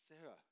Sarah